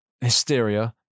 hysteria